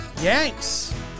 yanks